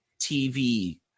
TV